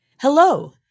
Hello